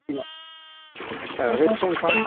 औ ration card